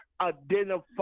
identify